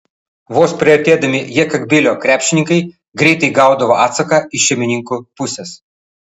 vos priartėdami jekabpilio krepšininkai greitai gaudavo atsaką iš šeimininkų pusės